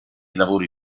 lavori